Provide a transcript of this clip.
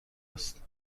است